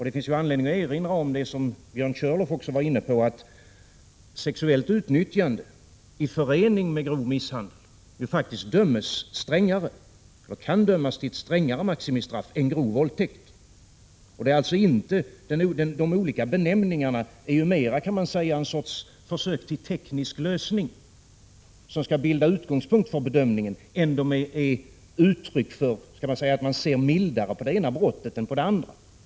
Det finns anledning att erinra om det som Björn Körlof också var inne på, nämligen att sexuellt utnyttjande i förening med grov misshandel faktiskt döms strängare och kan leda till hårdare maximistraff än grov våldtäkt. De olika benämningarna är mera en sorts försök till teknisk lösning, som skall bilda utgångspunkt för bedömningen, än uttryck för att man ser mildare på det ena brottet än på det andra.